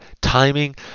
timing